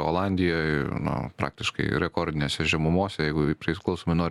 olandijoj na praktiškai rekordinėse žemumose jeigu priklausomai nuo